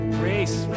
grace